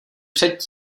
před